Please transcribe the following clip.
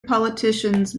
politicians